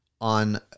on